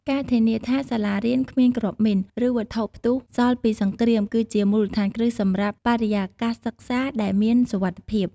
ការធានាថាសាលារៀនគ្មានគ្រាប់មីន ឬវត្ថុផ្ទុះសល់ពីសង្គ្រាម គឺជាមូលដ្ឋានគ្រឹះសម្រាប់ បរិយាកាសសិក្សាដែលមានសុវត្ថិភាព។